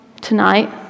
tonight